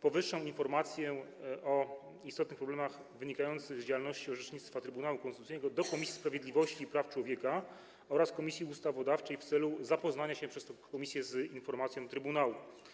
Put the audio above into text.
powyższą informację o istotnych problemach wynikających z działalności i orzecznictwa Trybunału Konstytucyjnego do Komisji Sprawiedliwości i Praw Człowieka oraz Komisji Ustawodawczej w celu zapoznania się przez te komisje z informacją trybunału.